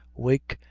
wake,